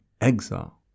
Exile